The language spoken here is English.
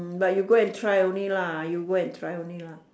hmm but you go and try only lah you go and try only lah